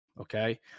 okay